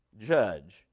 judge